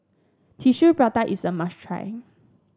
Tissue Prata is a must try